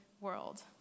world